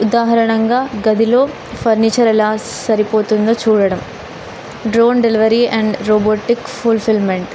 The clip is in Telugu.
ఉదాహరణంగా గదిలో ఫర్నిచర్ ఎలా సరిపోతుందో చూడడం drone delivery and robotic fulfilment